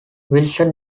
wilson